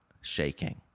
shaking